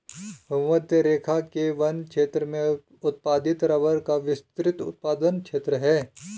भूमध्यरेखा के वन क्षेत्र में उत्पादित रबर का विस्तृत उत्पादन क्षेत्र है